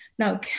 Now